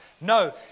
No